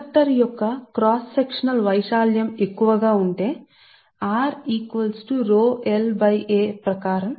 conductor యొక్క cross section ఎక్కువగా ఉంటే మీకు చాలా పెద్దదిసరే